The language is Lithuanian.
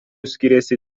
skiriasi